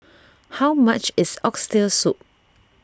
how much is Oxtail Soup